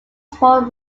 small